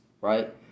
right